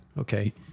Okay